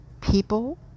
People